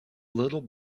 little